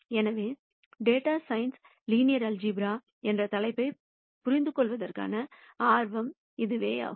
எனவே டேட்டா சயின்ஸ்சில் linear algebra என்ற தலைப்பைப் புரிந்துகொள்வதற்கான ஆர்வம் இதுவாகும்